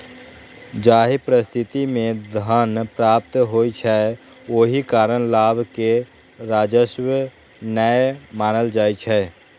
जाहि परिस्थिति मे धन प्राप्त होइ छै, ओहि कारण लाभ कें राजस्व नै मानल जाइ छै